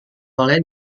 oleh